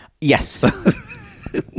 Yes